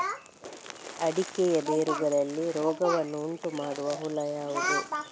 ಅಡಿಕೆಯ ಬೇರುಗಳಲ್ಲಿ ರೋಗವನ್ನು ಉಂಟುಮಾಡುವ ಹುಳು ಯಾವುದು?